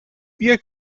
wir